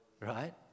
right